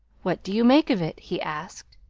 what do you make of it? he asked.